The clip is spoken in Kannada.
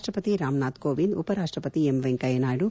ರಾಷ್ಲಪತಿ ರಾಮ್ನಾಥ್ ಕೋವಿಂದ್ ಉಪ ರಾಷ್ಲಪತಿ ಎಂ ವೆಂಕಯ್ಯನಾಯ್ತು